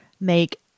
make